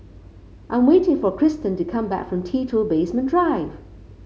I am waiting for Cristen to come back from T two Basement Drive